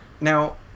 Now